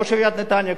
ראש עיריית נתניה.